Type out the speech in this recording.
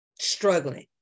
struggling